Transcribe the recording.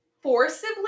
forcibly